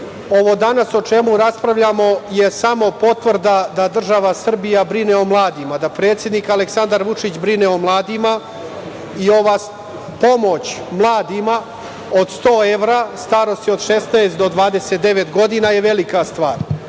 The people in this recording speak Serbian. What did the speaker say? ovo danas o čemu raspravljamo je samo potvrda da država Srbija brine o mladima, da predsednik Aleksandar Vučić brine o mladima. Ova pomoć mladima od sto evra starosti od 16 do 29 godina je velika stvar.